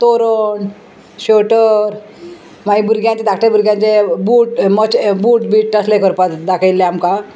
तोरण शोटर मागीर भुरग्यांचे धाकटे भुरग्यांचे बूट मोचे बूट बीट तसले करपा दाखयल्ले आमकां